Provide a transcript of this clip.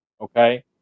Okay